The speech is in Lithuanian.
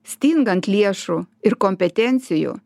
stingant lėšų ir kompetencijų